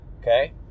Okay